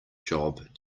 job